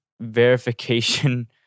verification